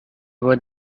were